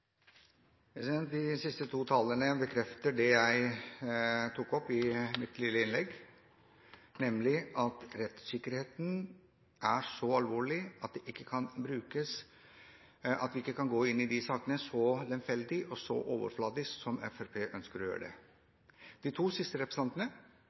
De siste to talerne bekrefter det jeg tok opp i mitt lille innlegg, nemlig at vi må ta rettssikkerheten så alvorlig at vi ikke kan gå inn i de sakene så lemfeldig og så overfladisk som Fremskrittspartiet ønsker å gjøre.